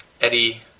Eddie